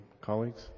colleagues